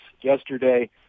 yesterday